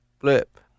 flip